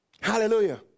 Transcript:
Hallelujah